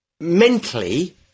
mentally